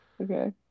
okay